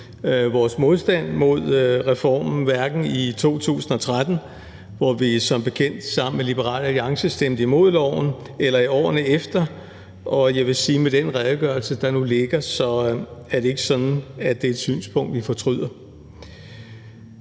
vores modstand mod reformen, hverken i 2013, hvor vi som bekendt sammen med Liberal Alliance stemte imod loven, eller i årene efter, og jeg vil sige, at med den redegørelse, der nu ligger, er det ikke sådan, at det er et synspunkt, vi fortryder.